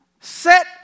Set